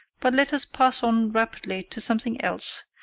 but let us pass on rapidly to something else,